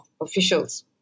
officials